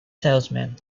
salesman